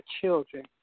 children